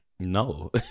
No